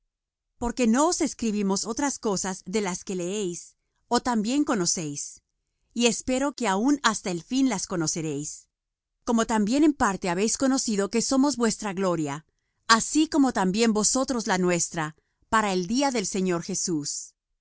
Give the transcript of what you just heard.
porque no os escribimos otras cosas de las que leéis ó también conocéis y espero que aun hasta el fin las conoceréis como también en parte habéis conocido que somos vuestra gloria así como también vosotros la nuestra para el día del señor jesús